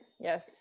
Yes